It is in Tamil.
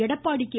எடப்பாடி கே